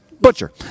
Butcher